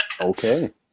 Okay